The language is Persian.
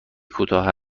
کوتاه